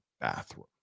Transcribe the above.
bathroom